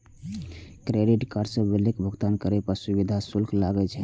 credit card सं बिलक भुगतान करै पर सुविधा शुल्क लागै छै